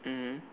mmhmm